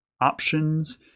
options